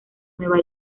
nueva